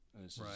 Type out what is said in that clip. Right